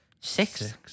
six